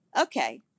Okay